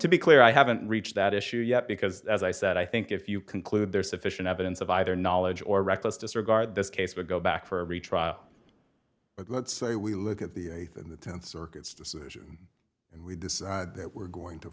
clear i haven't reached that issue yet because as i said i think if you conclude there's sufficient evidence of either knowledge or reckless disregard this case to go back for a retrial but let's say we look at the eighth and the tenth circuits decision and we decide that we're going to